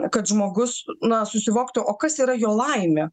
kad žmogus na susivoktų o kas yra jo laimė